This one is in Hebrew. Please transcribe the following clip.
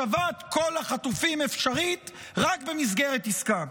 השבת כל החטופים אפשרית רק במסגרת עסקה.